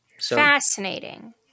Fascinating